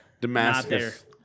Damascus